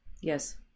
Yes